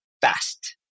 fast